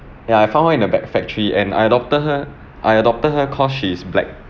ya I found her in the back factory and I adopted her I adopted her cause she is black